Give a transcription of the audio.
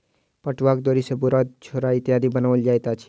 पटुआक डोरी सॅ बोरा झोरा इत्यादि बनाओल जाइत अछि